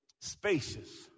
spacious